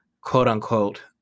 quote-unquote